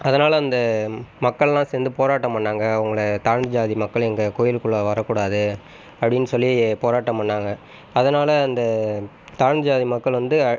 அதனால் இந்த மக்களெலாம் சேர்ந்து போராட்டம் பண்ணிணாங்க அவங்களை தாழ்ந்த ஜாதி மக்கள் எங்கள் கோவில்குள்ளே வரக்கூடாது அப்படின்னு சொல்லி போராட்டம் பண்ணிணாங்க அதனால் அந்த தாழ்ந்த ஜாதி மக்கள் வந்து